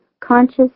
conscious